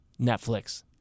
Netflix